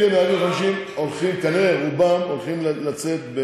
אלה שמעל גיל 50, כנראה רובם הולכים לצאת.